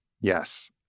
Yes